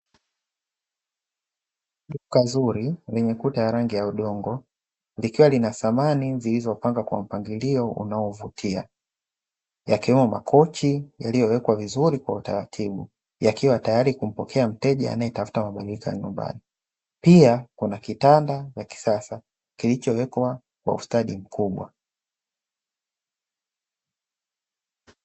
Duka zuri lenye kuta ya rangi ya udongo, likiwa lina samani zilizopangwa kwa mpangilio unaovutia, yakiwemo makochi yaliyowekwa vizuri kwa utaratibu; yakiwa tayari kumpokea mteja anayetafuta mabadiliko ya nyumbani. Pia kuna kitanda cha kisasa kilichowekwa kwa ustadi mkubwa.